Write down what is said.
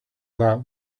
that